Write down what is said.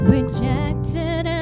Rejected